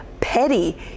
petty